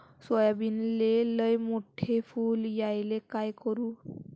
सोयाबीनले लयमोठे फुल यायले काय करू?